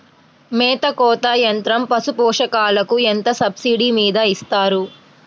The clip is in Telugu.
మేత కోత యంత్రం పశుపోషకాలకు ఎంత సబ్సిడీ మీద ఇస్తారు?